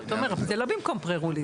תומר, אבל, זה לא במקום "פרה-רולינג".